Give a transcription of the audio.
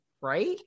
Right